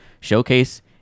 showcase